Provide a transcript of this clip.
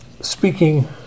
speaking